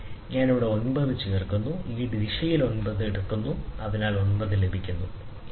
ഞാൻ ഇവിടെ 9' ചേർക്കുന്നു ഞാൻ ഈ ദിശയിൽ 9' ചേർക്കുന്നു അതിനാൽ നേരിട്ട് 9' ലഭിച്ചു അതിനാൽ പ്രശ്നമില്ല